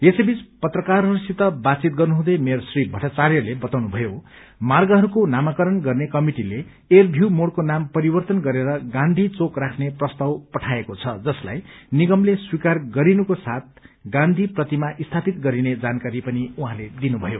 यसै बीच पत्रकारहरूसित बातचित गनुहुँदै मेयर श्री भट्टाचार्यले बताउनु भयो मार्गहरूको नामाकरण गर्ने कमिटिले एयरभ्यू मोड़को नाम परिवर्तन गरेर गाँधी चौक राख्ने प्रस्ताव पठाएको छ जसलाई निगमले स्वीकार गरिनुको साथ गाँधी प्रतिमा स्थापित गरिने जानकारी पनि दिनुभयो